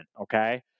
okay